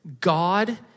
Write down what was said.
God